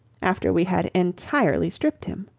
after we had entirely stripped him.